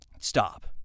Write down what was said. stop